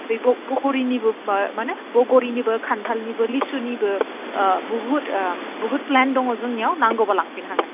बग'रिनिबो माने खान्थालनिबो लिसुनिबो बहुद बहुद फ्लान्ट दङ जोंनियाव नांगौबा लांफैनो हागोन